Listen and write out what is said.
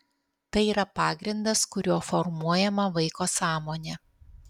tai yra pagrindas kuriuo formuojama vaiko sąmonė